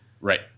right